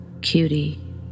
cutie